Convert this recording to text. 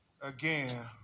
again